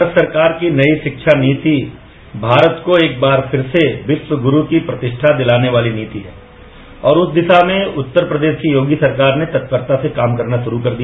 भारत सरकार की नई शिक्षा नीति भारत को एक बार फिर से विश्व गुरू की प्रतिष्ठा दिलाने वाली नीति है और उस दिशा में उत्तर प्रदेश की योगी सरकार ने तत्परता से काम करना शुरू कर दिया